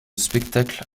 spectacle